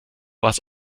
was